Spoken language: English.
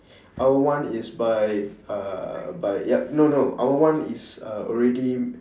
our one is by uh by ya no no our one is uh already